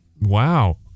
Wow